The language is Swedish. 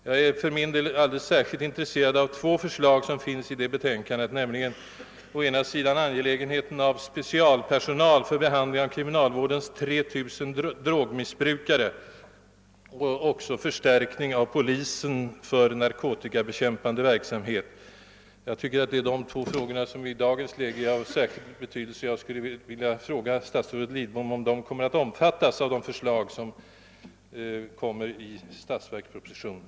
Jag är för min del alldeles särskilt intresserad av två förslag i detta betänkande, nämligen specialpersonal för behandling av kriminalvårdens 3 000 drogmissbrukare och vidare förstärkning av polisen för narkotikabekämpande verksamhet. Dessa frågor anser jag i dagens läge av särskilt stor betydelse, och jag vill fråga statsrådet Lidbom, om de kommer att omfattas av de förslag, som tydligen skall framföras i statsverkspropositionen.